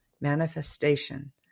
manifestation